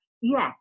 Yes